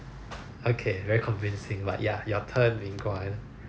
okay very convincing but ya your turn ming-guan